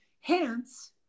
hence